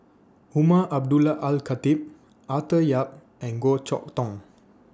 Umar Abdullah Al Khatib Arthur Yap and Goh Chok Tong